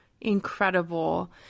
incredible